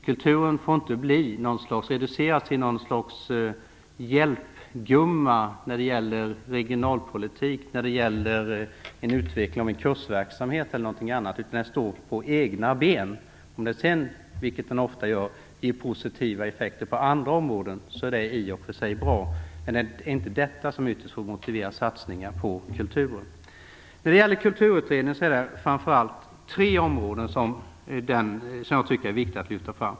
Kulturen får inte reduceras till något slags hjälpgumma när det gäller regionalpolitik eller när det gäller utveckling av en kursverksamhet eller något annat, utan den skall stå på egna ben. Om den sedan, vilket den ofta gör, ger positiva effekter på andra områden så är det i och för sig bra. Men det är inte detta som ytterst skall motivera satsningar på kulturen. När det gäller Kulturutredningen är det framför allt tre områden som jag tycker är viktigt att lyfta fram.